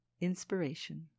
Inspiration